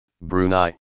Brunei